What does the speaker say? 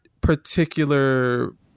particular